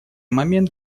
момент